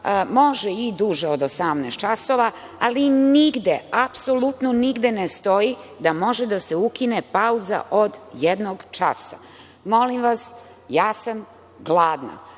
može i duže od 18,00 časova, ali nigde, apsolutno nigde ne stoji da može da se ukine pauza od jednog časa. Molim vas, ja sam gladna.